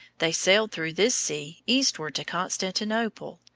they sailed through this sea eastward to constantinople,